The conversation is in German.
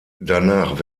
danach